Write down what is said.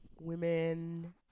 women